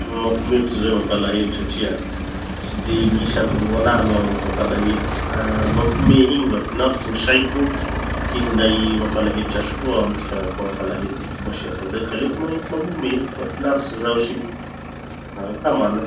Filma mampihomehy tozay mampalahelo satria tsy de misy antony hoanaha aloha hagnenty mampalahelo. Mampihomehy igny mba finaritry gny saiko, tsy hinday mampalahelo sasy koa amy ty fiaignako fa mampalahelo tiky mbo asiako anizay ka aleoko magnenty mampihomehy, mba finaritsy zaho sy tamana.